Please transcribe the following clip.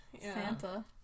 Santa